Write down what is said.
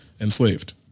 enslaved